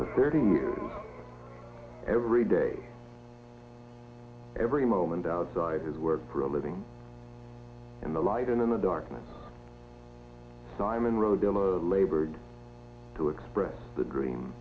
for thirty years every day every moment outside his work for a living in the light and in the darkness simon road labored to express the dream